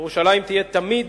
ירושלים תהיה תמיד,